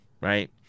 right